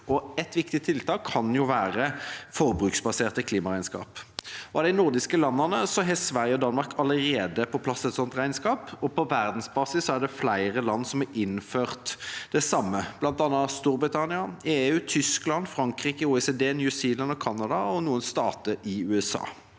Et viktig tiltak kan være forbruksbaserte klimaregnskap. Av de nordiske landene har Sverige og Danmark allerede fått på plass slike klimaregnskap. På verdensbasis har flere land innført det samme, deriblant Storbritannia, EU, Tyskland, Frankrike, OECD, New Zealand, Canada og noen stater i USA.